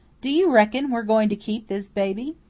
do you reckon we're going to keep this baby?